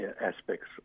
aspects